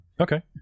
Okay